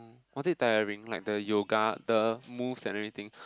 was it tiring like the yoga the movement and everything